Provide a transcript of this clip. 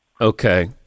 Okay